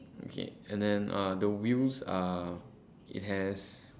okay and then uh the wheels are it has